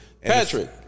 Patrick